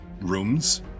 rooms